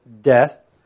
death